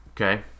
okay